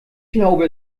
glaube